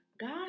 God